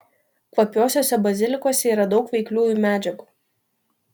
kvapiuosiuose bazilikuose yra daug veikliųjų medžiagų